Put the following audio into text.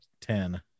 Ten